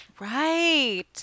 right